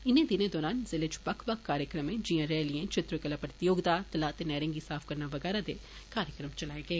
इनें दिनें दौरान जिले च बक्ख बक्ख कार्यक्रमें जियां रैलियें चित्र कला प्रतियोगिता तलाऽ ते नेहरें गी साफ करना बगैरा दे कार्यक्रम चलाए गे